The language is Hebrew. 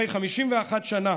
51 שנה